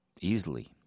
Easily